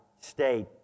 state